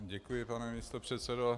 Děkuji, pane místopředsedo.